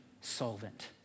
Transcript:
solvent